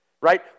right